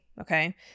Okay